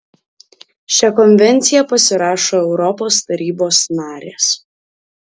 šią konvenciją pasirašo europos tarybos narės